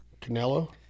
Canelo